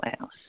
else